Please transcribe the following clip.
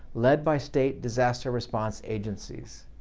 led by state disaster response agencies.